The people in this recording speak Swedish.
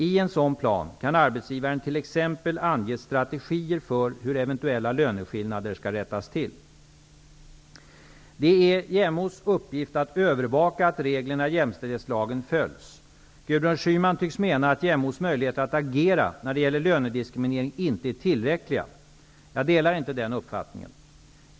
I en sådan plan kan arbetsgivaren t.ex. ange strategier för hur eventuella löneskillnader skall rättas till. Det är JämO:s uppgift att övervaka att reglerna i jämställdhetslagen följs. Gudrun Schyman tycks mena att JämO:s möjligheter att agera när det gäller lönediskriminering inte är tillräckliga. Jag delar inte den uppfattningen.